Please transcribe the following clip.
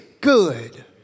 good